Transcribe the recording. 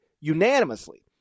unanimously